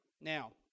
Now